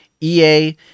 EA